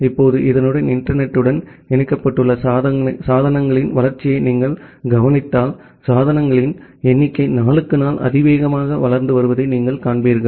இப்போது இதனுடன் இன்டர்நெட் த்துடன் இணைக்கப்பட்டுள்ள சாதனங்களின் வளர்ச்சியை நீங்கள் கவனித்தால் சாதனங்களின் எண்ணிக்கை நாளுக்கு நாள் அதிவேகமாக வளர்ந்து வருவதை நீங்கள் காண்பீர்கள்